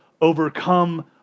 overcome